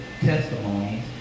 testimonies